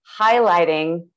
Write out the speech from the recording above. highlighting